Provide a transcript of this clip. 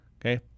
Okay